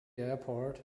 airport